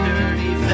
Dirty